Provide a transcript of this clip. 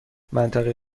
منطقه